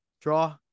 Draw